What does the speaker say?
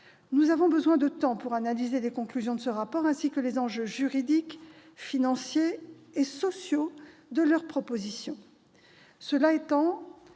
Nous avons besoin de temps pour analyser les conclusions de ce rapport, ainsi que les enjeux juridiques, financiers et sociaux de ses propositions. Cela étant,